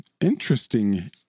interesting